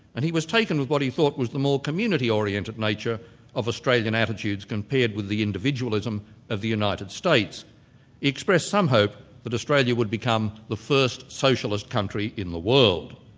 and he was taken with what he thought was the more community-oriented nature of australian attitudes compared with the individualism of the united states. he expressed some hope that australia would become the first socialist country in the world,